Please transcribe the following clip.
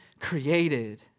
created